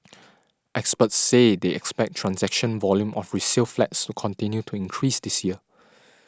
experts say they expect transaction volume of resale flats to continue to increase this year